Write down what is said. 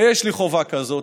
ויש לי חובה כזאת,